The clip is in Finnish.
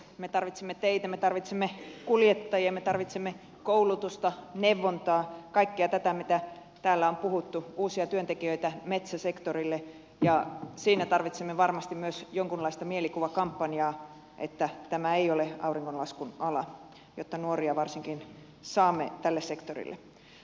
me tarvitsemme teitä me tarvitsemme kuljettajia me tarvitsemme koulutusta neuvontaa kaikkea tätä mitä täällä on puhuttu uusia työntekijöitä metsäsektorille siinä tarvitsemme varmasti myös jonkunlaista mielikuvakampanjaa että tämä ei ole auringonlaskun ala jotta nuoria varsinkin saamme tälle sektorille